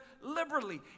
liberally